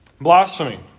Blasphemy